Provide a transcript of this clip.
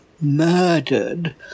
murdered